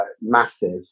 massive